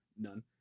none